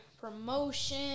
promotion